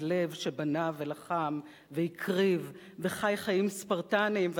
לב שבנה ולחם והקריב וחי חיים ספרטניים.